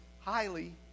highly